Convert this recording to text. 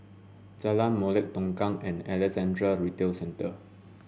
Jalan Molek Tongkang and Alexandra Retail Centre